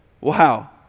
Wow